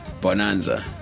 bonanza